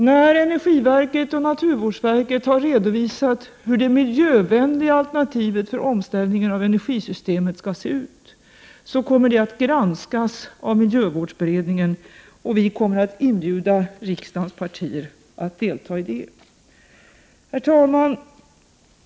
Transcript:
När energiverket och naturvårdsverket har redovisat hur det miljövänliga alternativet för omställning av energisystemet skall se ut, kommer det att granskas av miljövårdsberedningen och vi kommer att inbjuda riksdagens partier att delta i det arbetet. Herr talman!